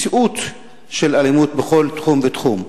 מציאות של אלימות בכל תחום ותחום,